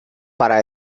para